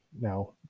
now